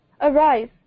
Arise